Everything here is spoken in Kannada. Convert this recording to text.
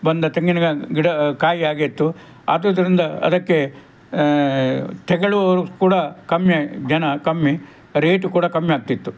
ಬಂದ ತೆಂಗಿನಗಿಡ ಕಾಯಿ ಹಾಗೆ ಇತ್ತು ಆದುದರಿಂದ ಅದಕ್ಕೆ ತೆಗೆಳುವವರು ಕೂಡ ಕಮ್ಮಿ ಜನ ಕಮ್ಮಿ ರೇಟ್ ಕೂಡ ಕಮ್ಮಿಯಾಗ್ತಿತ್ತು